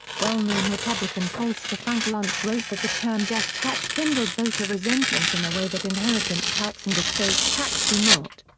well-known republican pollster frank luntz wrote that the term death tax kindled voter resentment in a way that inheritance tax and estate tax do not.